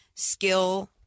Skill